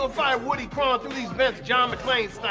ah fire woody prawns in these vents john mcclane's